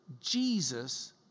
Jesus